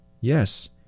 Yes